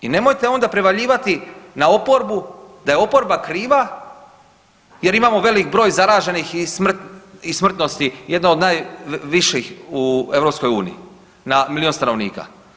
I nemojte onda prevaljivati na oporbu da je oporba kriva jer imamo velik broj zaraženih i smrtnosti jedno od najviših u EU na milijun stanovnika.